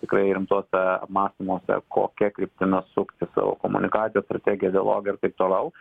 tikrai rimtuose apmąstymuose kokia kryptimi sukti savo komunikaciją strategiją ideologiją ir taip toliau